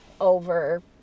over